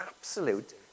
absolute